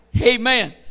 Amen